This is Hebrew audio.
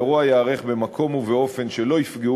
1. האירוע ייערך במקום ובאופן שלא יפגעו